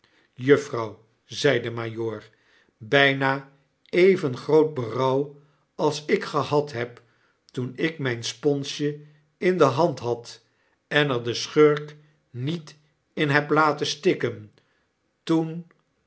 juffrouw zei de majoor bynaevengroot berouw als ik gehad heb toen ik myn sponsje in de hand had en er den schurk niet in heb la ten stikken toen